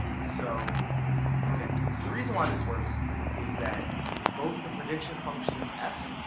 and so okay, so the reason why this works is that both the prediction function, f,